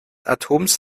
atoms